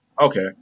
Okay